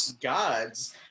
Gods